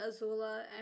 Azula